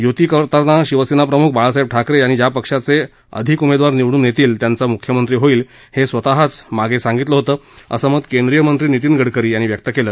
युती करताना शिवसेना प्रमुख बाळासाहेब ठाकरे यांनी ज्या पक्षाचे अधिक उमेदवार निवडून येतील त्यांचा मुख्यमंत्री होईल हे स्वतःच सांगितलं होतं असं मत केंद्रीय मंत्री नितीन गडकरी यांनी व्यक्त केलं